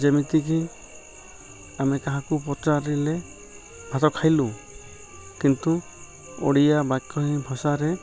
ଯେମିତିକି ଆମେ କାହାକୁ ପଚାରିଲେ ଭାତ ଖାଇଲୁ କିନ୍ତୁ ଓଡ଼ିଆ ବାକ୍ୟ ଭାଷାରେ